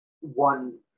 One